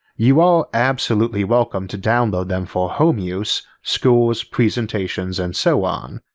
you are absolutely welcome to download them for home use, schools, presentations, and so on.